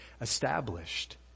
established